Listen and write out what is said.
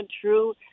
true